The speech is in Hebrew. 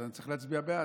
אז אני צריך להצביע בעד.